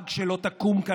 הוא לא צריך להתעסק עם זה.